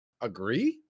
Agree